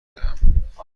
دهم